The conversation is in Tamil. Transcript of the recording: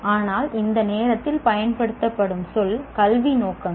ஆனால் இந்த நேரத்தில் பயன்படுத்தப்படும் சொல் கல்வி நோக்கங்கள்